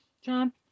John